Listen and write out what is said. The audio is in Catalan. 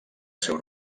seu